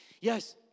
yes